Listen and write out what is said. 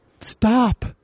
stop